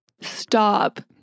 Stop